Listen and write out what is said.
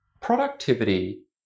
productivity